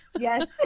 Yes